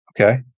Okay